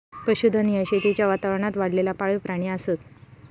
पशुधन ह्या शेतीच्या वातावरणात वाढलेला पाळीव प्राणी असत